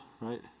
right